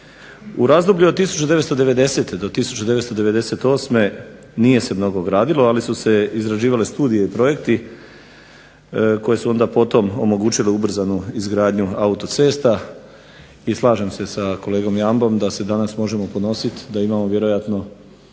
U razdoblju 1990. do 1998. nije se mnogo gradilo ali su se izrađivale studije i projekti koje su onda potom omogućile ubrzanu izgradnju autocesta i slažem se sa kolegom Jambom da imamo vjerojatno